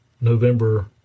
November